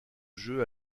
jeu